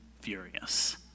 furious